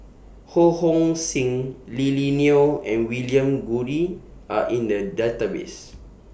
Ho Hong Sing Lily Neo and William Goode Are in The Database